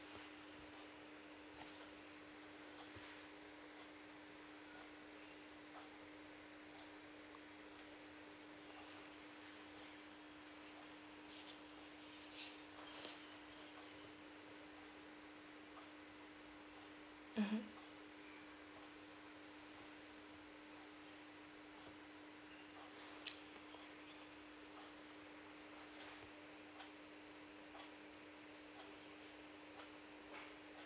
mmhmm